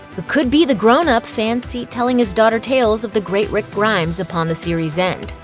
who could be the grown-up fans see telling his daughter tales of the great rick grimes upon the series' end.